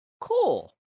cool